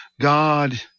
God